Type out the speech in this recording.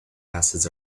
acids